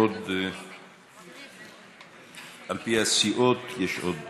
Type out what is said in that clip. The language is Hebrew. על פי הסיעות, יש עוד